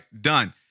done